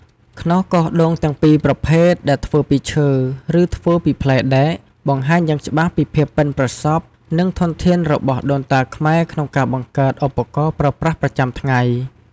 ខ្នោសកោសដូងទាំងពីរប្រភេទ ដែលធ្វើពីឈើ ឬធ្វើពីផ្លែដែក បង្ហាញយ៉ាងច្បាស់ពីភាពប៉ិនប្រសប់ និងធនធានរបស់ដូនតាខ្មែរក្នុងការបង្កើតឧបករណ៍ប្រើប្រាស់ប្រចាំថ្ងៃ។